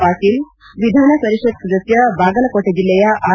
ಪಾಟೀಲ್ ವಿಧಾನಪರಿಷತ್ ಸದಸ್ನ ಬಾಗಲಕೋಟೆ ಜಿಲ್ಲೆಯ ಆರ್